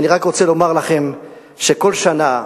ואני רק רוצה לומר לכם שכל שנה,